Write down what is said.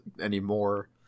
anymore